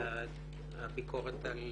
הביקורת על